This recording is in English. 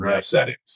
settings